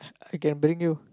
I can bring you